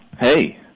Hey